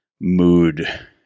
mood